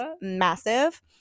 massive